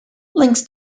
links